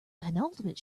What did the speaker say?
penultimate